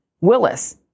Willis